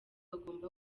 agomba